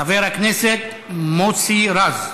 של חבר הכנסת מוסי רז.